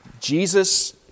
Jesus